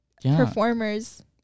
performers